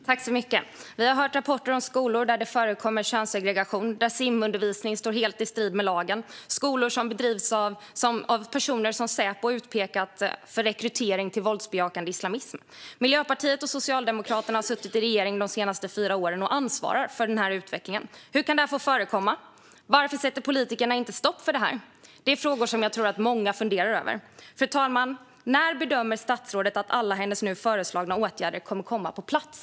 Fru talman! Vi har hört rapporter om skolor där det förekommer könssegregation och där simundervisning bedrivs helt i strid med lagen. Vi har också hört om skolor som drivs av personer som Säpo utpekat för rekrytering till våldsbejakande islamism. Miljöpartiet och Socialdemokraterna har suttit i regeringen de senaste fyra åren och ansvarar för den här utvecklingen. Hur kan det här få förekomma? Varför sätter politikerna inte stopp för det här? Det är frågor som jag tror att många funderar över. Fru talman! När bedömer statsrådet att alla hennes nu föreslagna åtgärder kommer att komma på plats?